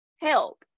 help